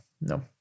No